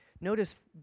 Notice